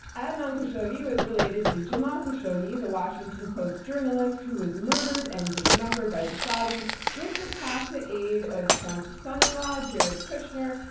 adnan khashoggi was related to jamal khashoggi, the washington post journalist who was murdered and dismembered by the saudis with the tacit aid of trump's son-in-law, jared kushner,